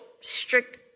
strict